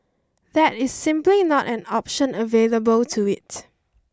that is simply not an option available to it